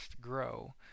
grow